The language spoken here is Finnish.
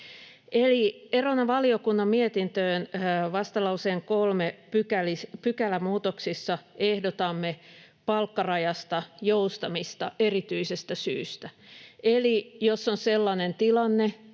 erona valiokunnan mietintöön vastalauseen 3 pykälämuutoksissa ehdotamme palkkarajasta joustamista erityisestä syystä. Eli jos on sellainen tilanne,